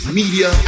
media